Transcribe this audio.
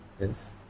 Yes